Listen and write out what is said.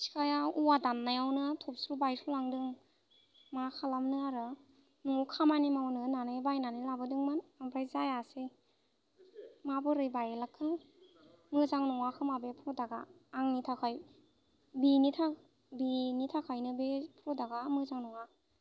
सिखाया औवा दाननायावनो थबस्र' बायसलांदों मा खालामनो आरो नआव खामानि मावनो होननानै बायनानै लाबोदोंमोन ओमफ्राय जायासै माबोरै बायलांखो मोजां नङा खोमा बे प्रदाक्टआ आंनि थाखाय बिनि थाखायनो बे प्रदाक्टआ मोजां नङा